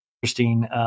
Interesting